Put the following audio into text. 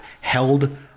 held